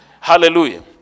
Hallelujah